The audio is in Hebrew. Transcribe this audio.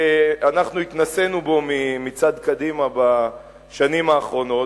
שאנחנו התנסינו בו מצד קדימה בשנים האחרונות.